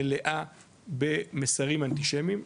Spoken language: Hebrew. מלאה במסרים אנטישמים,